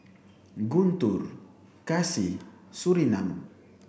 Guntur Kasih and Surinam